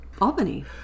Albany